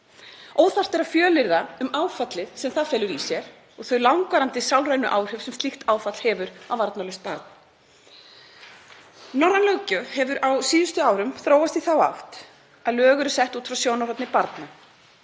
Óþarft er að fjölyrða um áfallið sem það felur í sér og þau langvarandi sálrænu áhrif sem slíkt áfall hefur á varnarlaust barn. Norræn löggjöf hefur á síðustu árum þróast í þá átt að lög eru sett út frá sjónarhorni barna